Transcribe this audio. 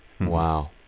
Wow